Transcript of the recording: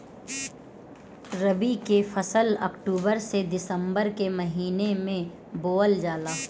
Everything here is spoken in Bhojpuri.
रबी के फसल अक्टूबर से दिसंबर के महिना में बोअल जाला